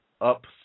up